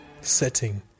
setting